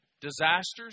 disasters